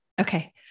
Okay